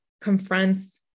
confronts